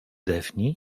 daphne